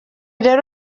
rero